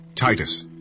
Titus